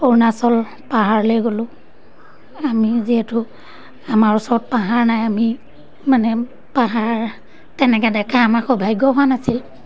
অৰুণাচল পাহাৰলে গ'লোঁ আমি যিহেতু আমাৰ ওচৰত পাহাৰ নাই আমি মানে পাহাৰ তেনেকৈ দেখা আমাৰ সৌভাগ্য হোৱা নাছিল